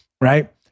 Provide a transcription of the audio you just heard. right